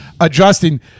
adjusting